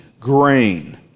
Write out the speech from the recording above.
grain